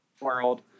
world